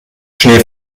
schnee